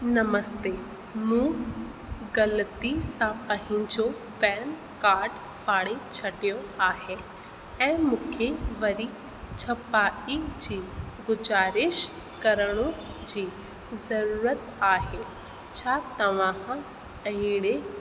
नमस्ते मूं गलती सां पंहिंजो पैन कार्ड फाड़े छॾियो आहे ऐं मूंखे वरी छपाई जी गुजारिश करणु जी ज़रुरत आहे छा तव्हां अहिड़े